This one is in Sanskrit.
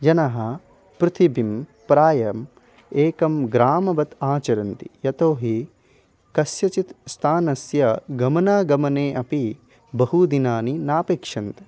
जनः पृथिवीं प्रायः एकं ग्रामवत् आचरन्ति यतो हि कस्यचित् स्थानस्य गमनागमने अपि बहु दिनानि नापेक्षन्ते